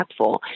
impactful